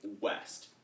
west